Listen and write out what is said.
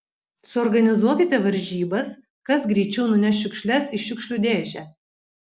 suorganizuokite varžybas kas greičiau nuneš šiukšles į šiukšlių dėžę